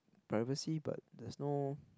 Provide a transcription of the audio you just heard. privacy but there's no